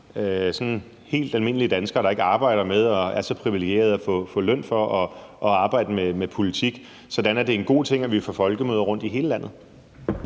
på mange helt almindelige danskere, som ikke er så privilegerede at få løn for at arbejde med politik, og at det er en god ting, at vi får folkemøder rundt i hele landet?